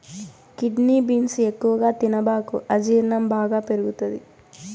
kidney beans ఎక్కువగా తినబాకు అజీర్ణం బాగా పెరుగుతది